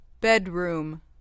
bedroom